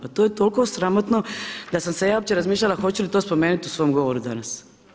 Pa to je toliko sramotno, da sam se ja uopće razmišljala hoću li to spomenuti u svom govoru danas.